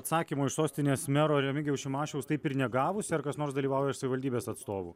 atsakymo iš sostinės mero remigijaus šimašiaus taip ir negavusi ar kas nors dalyvauja iš savivaldybės atstovų